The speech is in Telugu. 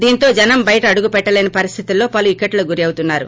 దీంతో జనం బయట అడుగు పెట్లలేని పరిస్థితిలో పలు ఇక్కట్లకు గురి అవుతున్నారు